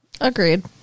Agreed